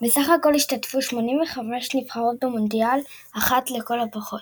בסך הכל השתתפו 85 נבחרות במונדיאל אחד לכל הפחות.